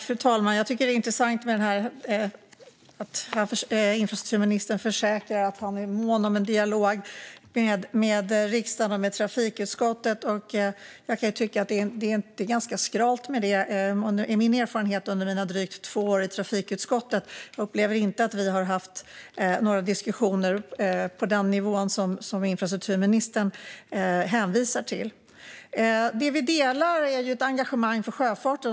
Fru talman! Jag tycker att det är intressant att infrastrukturministern försäkrar att han är mån om en dialog med riksdagen och trafikutskottet. Jag kan tycka att det är ganska skralt med det. Det är min erfarenhet från mina dryga två år i trafikutskottet. Jag upplever inte att vi har haft några diskussioner på den nivå som infrastrukturministern hänvisar till. Det vi delar är ett engagemang för sjöfarten.